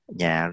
nhà